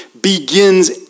begins